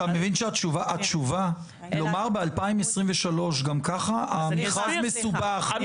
לומר ב-2023 "גם ככה המכרז מסובך",